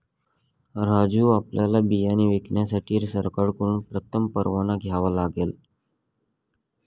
राजू आपल्याला बियाणे विकण्यासाठी सरकारकडून प्रथम परवाना घ्यावा लागेल